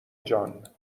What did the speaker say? جان